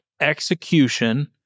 execution